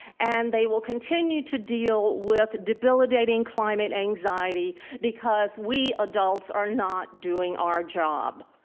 and they will continue to deal with debilitating climate anxiety because we adults are not doing our job.